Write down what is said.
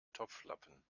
topflappen